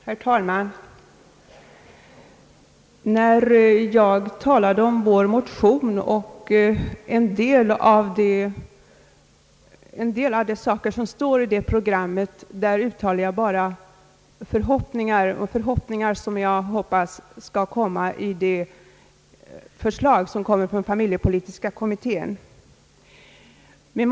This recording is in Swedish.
Herr talman! När jag talade om vår motion och om en del av det som står i programmet uttalade jag bara förhoppningar om vad som skall komma i förslaget från familjepolitiska kommittén.